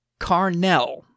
Carnell